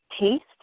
taste